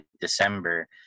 December